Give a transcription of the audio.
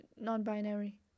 non-binary